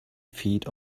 feet